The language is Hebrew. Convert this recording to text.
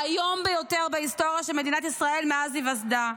האיום ביותר בהיסטוריה של מדינת ישראל מאז היווסדה.